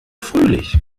fröhlich